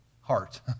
heart